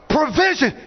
Provision